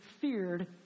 feared